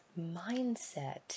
mindset